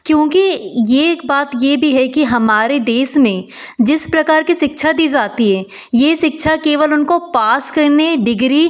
क्योंकि यह एक बात यह भी है कि हमारे देश में जिस प्रकार कि शिक्षा दी जाती है यह शिक्षा केवल उनको पास करने डिग्री